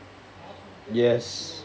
yes